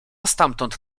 stamtąd